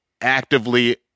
actively